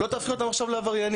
לא תהפכי אותם עכשיו לעבריינים.